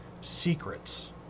secrets